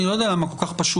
אני לא יודע למה כל כך פשוט,